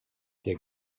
der